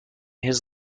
his